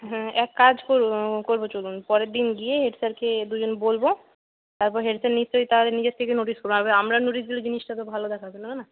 হ্যাঁ এক কাজ করু করবো চলুন পরের দিন গিয়ে হেড স্যারকে দুজন বলবো তারপর হেড স্যার নিশ্চই তাহলে নিজের থেকে নোটিস করবে আমরা নোটিস দিলে জিনিসটা তো ভালো দেখাবে না না